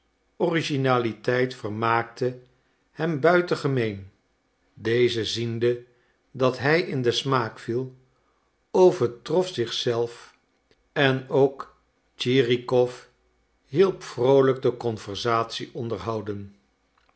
originaliteit vermaakte hem buitengemeen deze ziende dat hij in den smaak viel overtrof zich zelf en ook tschirikow hielp vroolijk de conversatie onderhouden